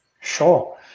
Sure